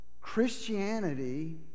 Christianity